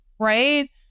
Right